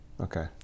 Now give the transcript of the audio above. Okay